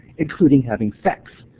including having sex.